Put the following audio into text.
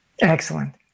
Excellent